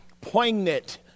poignant